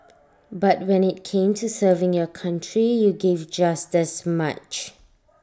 but when IT came to serving your country you gave just as much